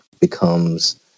becomes